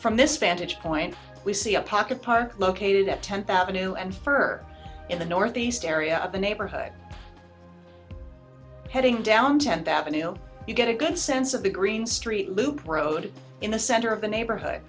from this vantage point we see a pocket park located at ten thousand new and fir in the northeast area of the neighborhood heading down tenth avenue you get a good sense of the green st luke road in the center of the neighborhood